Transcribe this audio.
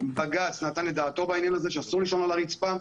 בג"ץ נתן את דעתו בעניין הזה שאסור לישון על הרצפה.